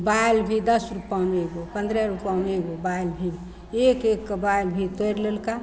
बालि भी दस रुपामे एगो पनरह रुपामे एगो बालि भी एक एक के बालि भी तोड़ि लेलकऽ